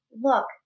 look